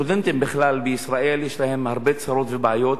הסטודנטים בישראל יש להם הרבה צרות ובעיות,